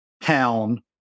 town